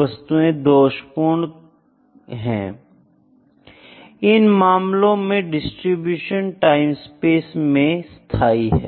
वस्तुएं दोष कौन हैं इस मामले में डिस्ट्रीब्यूशन टाईम स्पेस में स्थाई है